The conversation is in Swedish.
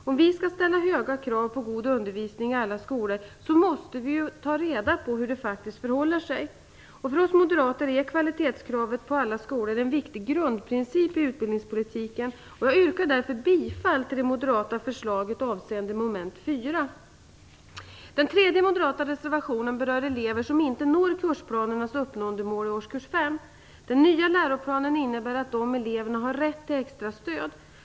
Om vi skall ställa höga krav på god undervisning i alla skolor måste vi ta reda på hur det faktiskt förhåller sig. För oss moderater är kvalitetskravet på alla skolor en viktig grundprincip för utbildningspolitiken. Jag yrkar därför bifall till det moderata förslaget avseende mom. 4. Den tredje moderata reservationen berör elever som inte når kursplanernas uppnåendemål i årskurs 5. Den nya läroplanen innebär att dessa elever har rätt till extra stöd.